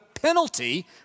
penalty